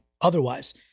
otherwise